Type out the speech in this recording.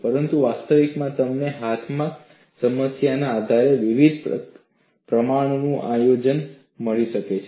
પરંતુ વાસ્તવિકતામાં તમને હાથમાં સમસ્યાના આધારે વિવિધ પ્રમાણમાં આનું સંયોજન મળી શકે છે